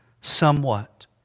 somewhat